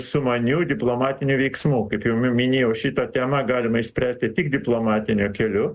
sumanių diplomatinių veiksmų kaip jau mi minėjau šitą temą galima išspręsti tik diplomatiniu keliu